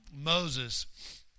Moses